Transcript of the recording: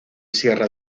sierra